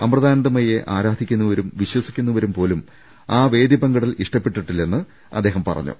അമൃതാനന്ദമ യിയെ ആരാധിക്കുന്നവരും വിശ്വസിക്കുന്നവരും പോലും ആ വേദി പങ്കിടൽ ഇഷ്ടപ്പെട്ടിട്ടില്ലെന്ന് അദ്ദേഹം പറഞ്ഞു